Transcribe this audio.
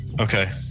Okay